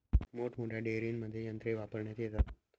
मोठमोठ्या डेअरींमध्ये यंत्रे वापरण्यात येतात